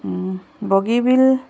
Bogibeel